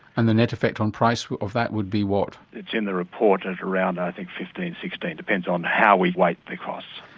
and the net effect on price of that would be what? it's in the report at around i think fifteen, sixteen, it depends on how we weight the costs.